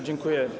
Dziękuję.